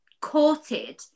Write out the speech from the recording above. courted